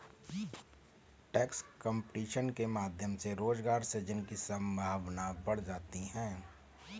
tax competition के माध्यम से रोजगार सृजन की संभावना बढ़ जाती है